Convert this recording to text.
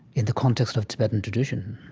in the context of tibetan tradition,